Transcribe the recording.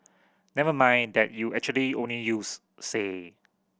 never mind that you actually only used say